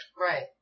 Right